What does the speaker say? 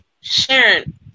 Sharon